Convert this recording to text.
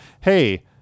Hey